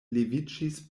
leviĝis